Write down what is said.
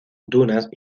dunas